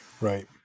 Right